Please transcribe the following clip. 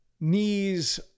knees